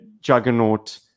juggernaut